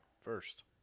First